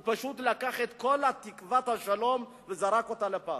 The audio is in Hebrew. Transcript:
הוא פשוט לקח את כל תקוות השלום וזרק אותה לפח.